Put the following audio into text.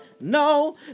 No